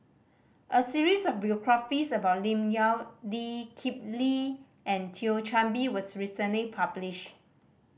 a series of biographies about Lim Yau Lee Kip Lee and Thio Chan Bee was recently published